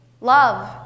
Love